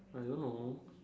I don't know